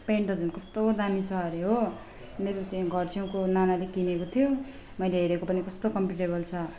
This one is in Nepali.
पेन्ट त झन् कस्तो दामी छ अरे हो मेरो चाहिँ घर छेउको नानाले किनेको थियो मैले हेरेको पनि कस्तो कम्फोर्टेबल छ